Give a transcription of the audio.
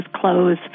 clothes